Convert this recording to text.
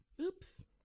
Oops